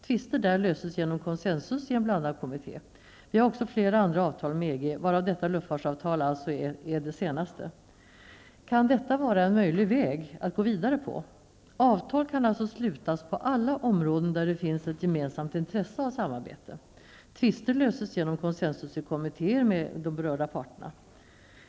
Tvister löses i det fallet genom konsensus i en blandad kommitté. Vi har också flera andra avtal med EG, varav detta luftfartsavtal alltså är det senaste. Kan detta vara en möjlig väg att gå vidare på? Avtal kan alltså slutas på alla områden där det finns ett gemensamt intresse av ett samarbete. Tvister löses genom konsensus i kommittéer med de berörda parterna.